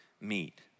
meet